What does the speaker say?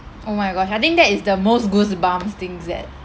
oh my gosh I think that is the most goosebumps things that